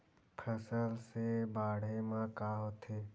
फसल से बाढ़े म का होथे?